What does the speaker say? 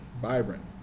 vibrant